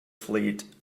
fleet